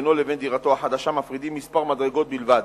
ובינו לבין דירתו החדשה מפרידות כמה מדרגות בלבד.